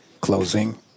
closing